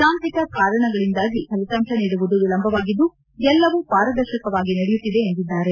ತಾಂತ್ರಿಕ ಕಾರಣಗಳಿಂದಾಗಿ ಫಲಿತಾಂಶ ನೀಡುವುದು ವಿಳಂಬವಾಗಿದ್ದು ಎಲ್ಲವು ಪಾರದರ್ಶಕವಾಗಿ ನಡೆಯುತ್ತದೆ ಎಂದಿದ್ದಾರೆ